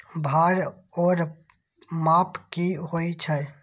भार ओर माप की होय छै?